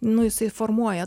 nu jisai formuoja